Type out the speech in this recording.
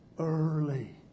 Early